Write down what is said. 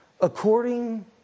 according